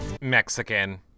mexican